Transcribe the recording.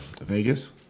vegas